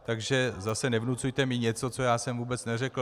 Takže zase nevnucujte mi něco, co já jsem vůbec neřekl.